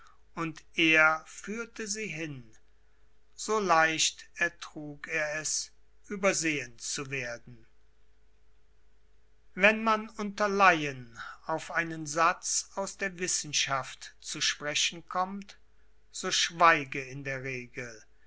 und er führte sie hin so leicht ertrug er es übersehen zu werden wenn man unter laien auf einen satz aus der wissenschaft zu sprechen kommt so schweige in der regel